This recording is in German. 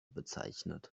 bezeichnet